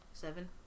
seven